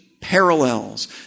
parallels